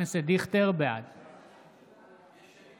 דיכטר, בעד להלן תוצאות